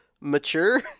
mature